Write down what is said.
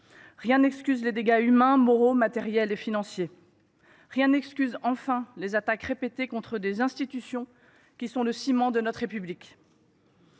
Rien n’excuse les dégâts humains, moraux, matériels et financiers. Rien n’excuse enfin les attaques répétées contre des institutions qui sont le ciment de notre République.